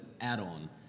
add-on